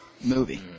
movie